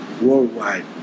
worldwide